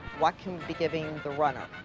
what can we be giving the runner?